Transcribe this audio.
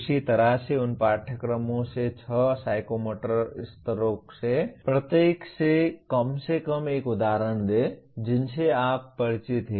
उसी तरह से उन पाठ्यक्रमों से छह साइकोमोटर स्तरों में से प्रत्येक से कम से कम एक उदाहरण दें जिनसे आप परिचित हैं